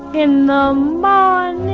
in the um ah